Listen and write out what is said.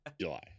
July